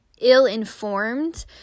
ill-informed